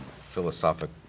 philosophic